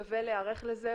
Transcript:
שווה להיערך לזה,